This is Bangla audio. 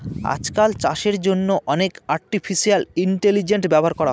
আজকাল চাষের জন্য অনেক আর্টিফিশিয়াল ইন্টেলিজেন্স ব্যবহার করা হয়